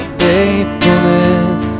faithfulness